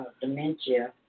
dementia